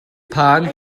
phan